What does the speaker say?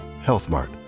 HealthMart